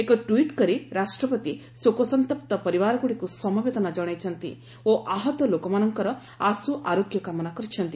ଏକ ଟ୍ପିଟ୍ କରି ରାଷ୍ଟ୍ରପତି ଶୋକ ସନ୍ତପ୍ତ ପରିବାରଗୁଡ଼ିକୁ ସମବେଦନା ଜଣାଇଛନ୍ତି ଓ ଆହତ ଲୋକମାନଙ୍କର ଆଶୁ ଆରୋଗ୍ୟ କାମନା କରିଛନ୍ତି